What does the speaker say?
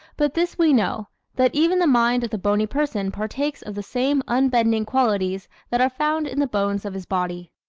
but this we know that even the mind of the bony person partakes of the same unbending qualities that are found in the bones of his body.